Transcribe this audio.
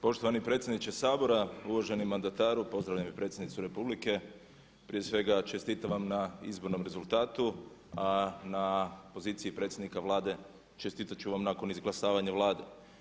Poštovani predsjedniče Sabora, uvaženi mandataru, pozdravljam i predsjednicu republike, prije svega čestitam vam na izbornom rezultatu a na poziciji predsjednika Vlade čestitat ću vam nakon izglasavanja Vlade.